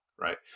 right